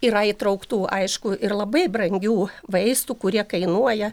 yra įtrauktų aišku ir labai brangių vaistų kurie kainuoja